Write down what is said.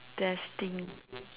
destined